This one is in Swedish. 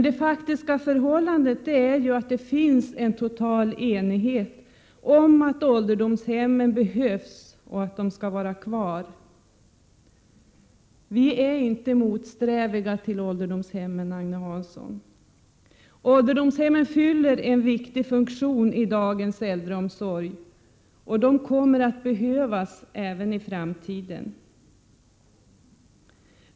Det faktiska förhållandet är ju det att det finns en total enighet om att ålderdomshemmen behövs och att de skall vara kvar. Vi är inte emot ålderdomshem, Agne Hansson. Ålderdomshemmen fyller en viktig funktion i dagens äldreomsorg, och de kommer att behövas även i framtiden.